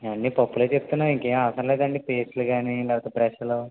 అన్ని పప్పులే చెప్తున్నావు ఇంకేం అవసరం లేదండి పేస్ట్లు కాని లేకపోతే బ్రష్లు